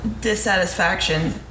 dissatisfaction